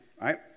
right